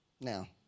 Now